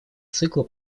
цикла